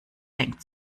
hängt